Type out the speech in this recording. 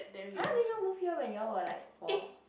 !huh! then you move here when you were like four